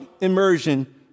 immersion